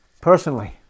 personally